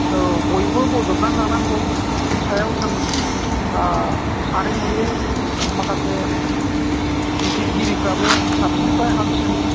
औ बयबो बजबनानै लानांगौ बिनि सायाव जों ओ सानै हयै माखासे बिजिरगिरिफोराबो साबसिननिफ्राय हामसिन